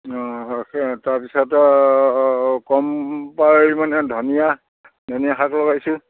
অঁ আছে তাৰপিছত আৰু কম পৰিমাণে ধনিয়া ধনিয়া শাক লগাইছোঁ